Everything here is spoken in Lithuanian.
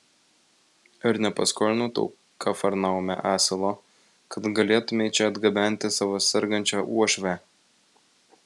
ar nepaskolinau tau kafarnaume asilo kad galėtumei čia atgabenti savo sergančią uošvę